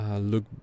look